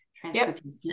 transportation